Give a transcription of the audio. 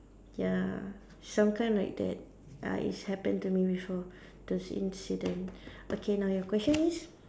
ya some kind like that uh is happen to me before those incident okay now your question is